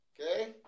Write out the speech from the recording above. Okay